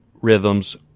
rhythms